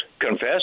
confess